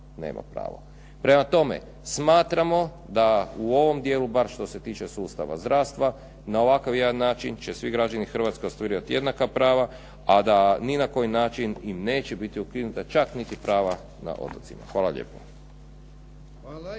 Prema tome, smatramo da u ovom dijelu, bar što se tiče sustava zdravstva, na ovakav jedan način će svi građani Hrvatske ostvarivati jednaka prava, a da ni na koji način im neće biti ukinuta čak niti prava na otocima. Hvala lijepo.